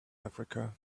africa